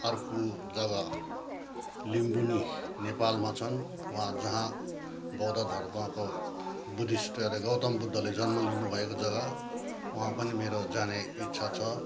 अर्को जग्गा लुम्बिनी नेपालमा छन् वहाँ जहाँ बौद्ध धर्मको बुद्धिस्ट गौतम बुद्धले जन्म लिनुभएको जग्गा वहाँ पनि मेरो जाने इच्छा छ